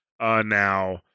now